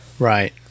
Right